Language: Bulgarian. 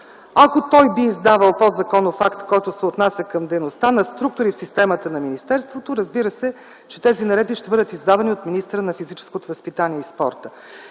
Ако той би издавал подзаконов акт, който се отнася към дейността на структури в системата на министерството, разбира се, че тези наредби ще бъдат издавани от министъра на физическото възпитание и спорта.